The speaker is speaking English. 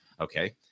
Okay